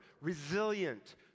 resilient